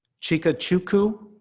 chika chuku,